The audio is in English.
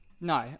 No